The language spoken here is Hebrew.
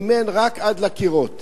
מימן רק עד לקירות,